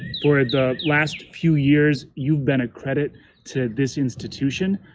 for the last few years, you've been a credit to this institution.